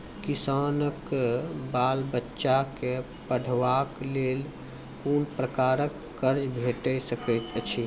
किसानक बाल बच्चाक पढ़वाक लेल कून प्रकारक कर्ज भेट सकैत अछि?